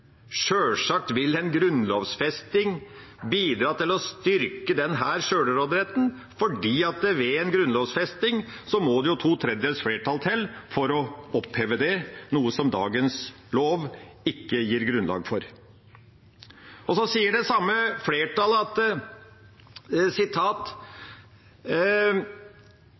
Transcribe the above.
Sjølsagt vil en grunnlovfesting bidra til å styrke denne sjølråderetten, for ved en grunnlovfesting må det to tredjedels flertall til for å oppheve det – noe dagens lov ikke gir grunnlag for. Så sier det samme flertallet: